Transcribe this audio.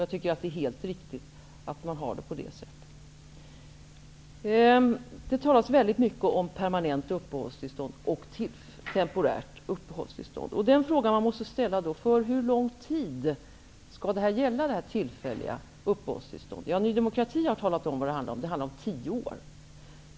Jag tycker att det är helt riktigt att det är så. Det talas väldigt mycket om permanent och om temporärt uppehållstillstånd. Hur lång tid skall då det tillfälliga uppehållstillståndet gälla? Ny demokrati har sagt att det handlar om tio år.